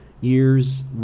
years